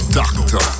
doctor